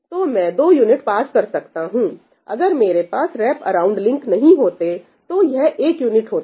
तो मैं दो यूनिट पास कर सकता हूं अगर मेरे पास रैपअराउंड लिंक नहीं होते तो यह एक यूनिट होता